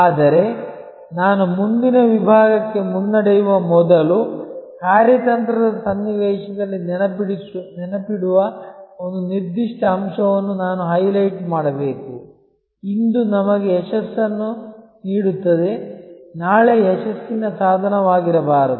ಆದರೆ ನಾನು ಮುಂದಿನ ವಿಭಾಗಕ್ಕೆ ಮುನ್ನಡೆಯುವ ಮೊದಲು ಕಾರ್ಯತಂತ್ರದ ಸನ್ನಿವೇಶದಲ್ಲಿ ನೆನಪಿಡುವ ಒಂದು ನಿರ್ದಿಷ್ಟ ಅಂಶವನ್ನು ನಾನು ಹೈಲೈಟ್ ಮಾಡಬೇಕು ಇಂದು ನಮಗೆ ಯಶಸ್ಸನ್ನು ನೀಡುತ್ತದೆ ನಾಳೆ ಯಶಸ್ಸಿನ ಸಾಧನವಾಗಿರಬಾರದು